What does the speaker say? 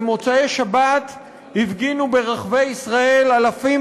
במוצאי-שבת הפגינו ברחבי ישראל אלפים